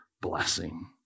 blessing